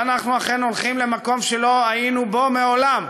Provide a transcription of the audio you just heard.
ואנחנו אכן הולכים למקום שלא היינו בו מעולם,